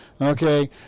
Okay